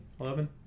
Eleven